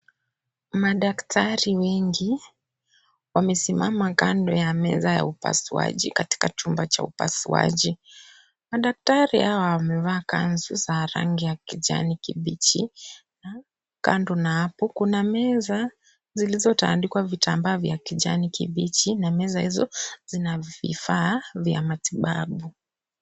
Madaktari wengi wamesimama kando ya meza ya upasuaji katika chumba cha upaauaji. Madaktari hawa wamevaa kanzu za rangi ya kijani kibichi ,Kando na hapo kuna meza zilizotandikwa vitambaa vya kijani kibichi na meza hizo zina vifaa vya matibabu.